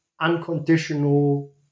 unconditional